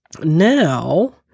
Now